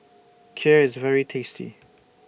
Kheer IS very tasty